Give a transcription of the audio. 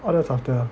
orh that was after ah